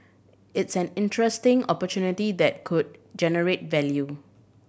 it's an interesting opportunity that could generate value